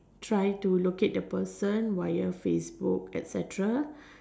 try to locate the person via Facebook etcetera